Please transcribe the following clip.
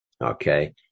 Okay